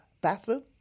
bathroom